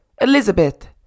Elizabeth